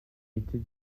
était